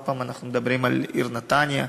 עוד פעם אנחנו מדברים על העיר נתניה,